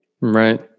right